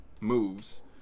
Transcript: moves